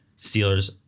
Steelers